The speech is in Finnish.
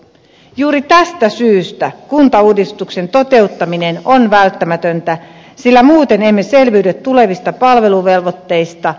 juuri tästä syystä kuntauudistuksen toteuttaminen on välttämätöntä sillä muuten emme selviydy tulevista palveluvelvoitteista